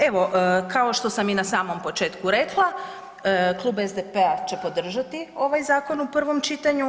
Evo, kao što sam i na samom početku rekla Klub SDP-a će podržati ovaj zakon u prvom čitanju.